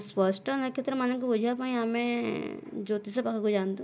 ସ୍ପଷ୍ଟ ନକ୍ଷତ୍ରମାନଙ୍କୁ ବୁଝିବା ପାଇଁ ଆମେ ଜ୍ୟୋତିଷ ପାଖକୁ ଯାଆନ୍ତୁ